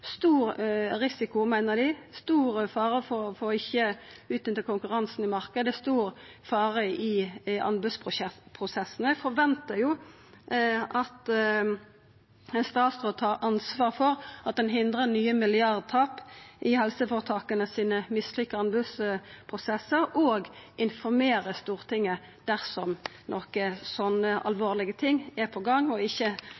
stor risiko, meiner dei, det er stor fare for ikkje å utnytta konkurransen i marknaden. Det er stor fare knytt til anbodsprosessane. Eg forventar at ein statsråd tar ansvar for at ein hindrar nye milliardtap i dei mislykka anbodsprosessane til helseføretaka, og informerer Stortinget dersom